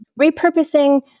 repurposing